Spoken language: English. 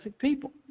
people